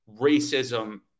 racism